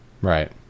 right